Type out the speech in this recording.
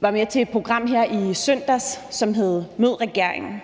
var med i et program her i søndags, som hed »Mød Regeringen«,